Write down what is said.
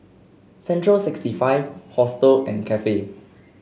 Central sixty five Hostel and Cafe